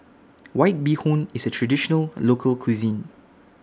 White Bee Hoon IS A Traditional Local Cuisine